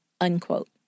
unquote